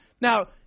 Now